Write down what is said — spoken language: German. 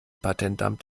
patentamt